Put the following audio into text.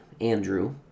Andrew